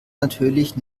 natürlich